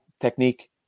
technique